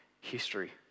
history